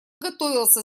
готовился